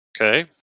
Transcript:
Okay